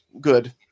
good